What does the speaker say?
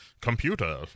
computer